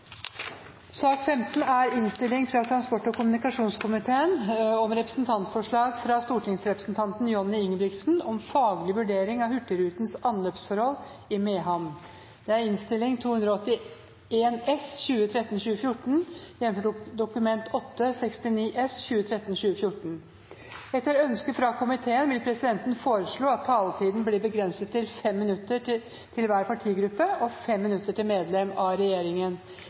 sak nr. 15. Etter ønske fra transport- og kommunikasjonskomiteen vil presidenten foreslå at taletiden blir begrenset til 5 minutter til hver partigruppe og 5 minutter til medlem av regjeringen.